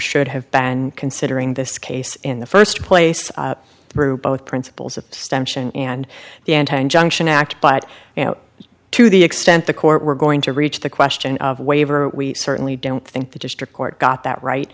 should have been considering this case in the first place through both principles of stench and and the anti injunction act but to the extent the court were going to reach the question of waiver we certainly don't think the district court got that right